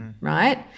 Right